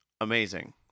amazing